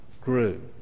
grew